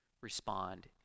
respond